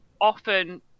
often